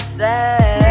say